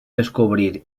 descobrir